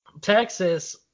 Texas